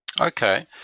Okay